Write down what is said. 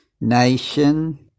Nation